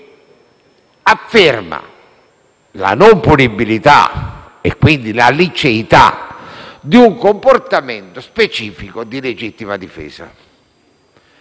che afferma la non punibilità - e quindi la liceità - di un comportamento specifico di legittima difesa.